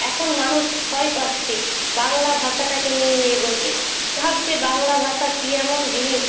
এখন মানুষ ভয় পাচ্ছে বাংলা ভাষাটাকে নিয়ে এগোতে ভাবছে বাংলা ভাষা কী এমন জিনিস